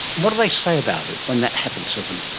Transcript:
what do they say about it when that happens to them?